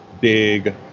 big